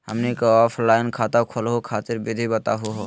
हमनी क ऑफलाइन खाता खोलहु खातिर विधि बताहु हो?